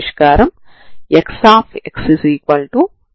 కాబట్టి x అక్షాంశం ξ స్థిరాంకం అయ్యే లైన్ ని సూచిస్తుంది